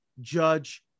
judge